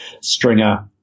Stringer